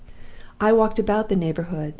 i walked about the neighborhood,